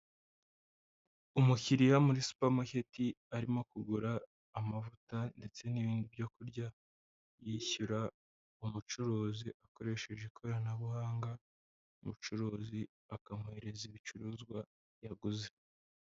Umukiriya muri supermarket arimo kugura amavuta ndetse n'ibindi byo kurya yishyura umucuruzi akoresheje ikoranabuhanga, umucuruzi akamwohererereza ibicuruzwa yaguze.